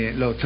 lo